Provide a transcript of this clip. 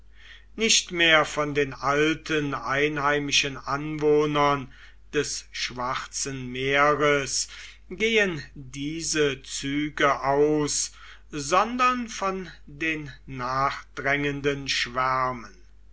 nicht mehr von den alten einheimischen anwohnern des schwarzen meeres gehen diese züge aus sondern von den nachdrängenden schwärmen